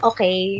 Okay